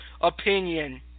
opinion